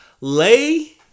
Lay